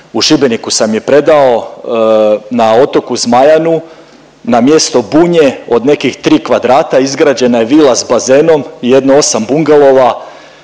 U Šibeniku sam je predao na otoku Zmajanu na mjesto Bunje od nekih 3 kvadrata izgrađena je vila s bazenom i jedno 8 bungalova,